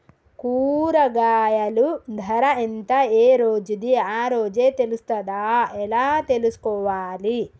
కూరగాయలు ధర ఎంత ఏ రోజుది ఆ రోజే తెలుస్తదా ఎలా తెలుసుకోవాలి?